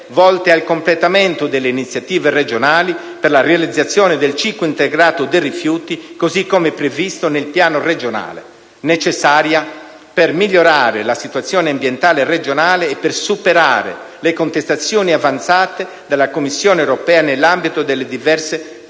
volte al completamento delle iniziative regionali per la realizzazione del ciclo integrato dei rifiuti, così come previsto nel Piano regionale, necessaria per migliorare la situazione ambientale regionale e per superare le contestazioni avanzate dalla Commissione europea nell'ambito di diverse procedure